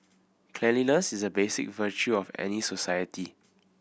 cleanliness is a basic virtue of any society